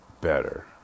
better